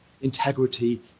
integrity